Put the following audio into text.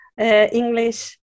English